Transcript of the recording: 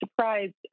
surprised